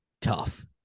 tough